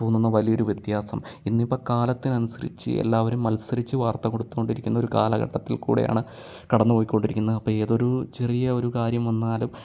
തോന്നുന്ന വലിയൊരു വ്യത്യാസം ഇന്നിപ്പം കാലത്തിനനുസരിച്ച് എല്ലാവരും മത്സരിച്ചു വാർത്ത കൊടുത്തുകൊണ്ടിരിക്കുന്ന ഒരു കാലഘട്ടത്തിൽ കൂടെയാണ് കടന്നുപോയിക്കൊണ്ടിരിക്കുന്നത് അപ്പം ഏതൊരു ചെറിയ ഒരു കാര്യം വന്നാലും